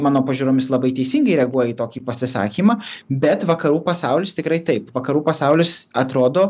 mano pažiūromis labai teisingai reaguoja į tokį pasisakymą bet vakarų pasaulis tikrai taip vakarų pasaulis atrodo